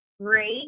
Great